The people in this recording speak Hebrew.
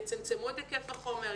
יצמצמו את היקף החומר,